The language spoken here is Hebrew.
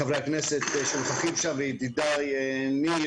חברי הכנסת וידידיי ניר,